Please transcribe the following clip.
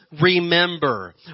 Remember